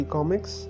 Comics